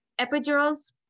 Epidurals